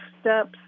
steps